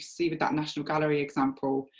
see with that national gallery example,